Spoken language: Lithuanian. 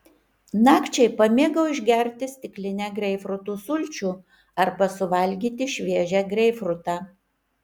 nakčiai pamėgau išgerti stiklinę greipfrutų sulčių arba suvalgyti šviežią greipfrutą